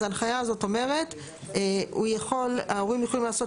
אז ההנחיה הזאת אומרת ההורים יכולים לעשות